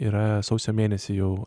yra sausio mėnesį jau